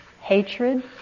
hatred